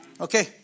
Okay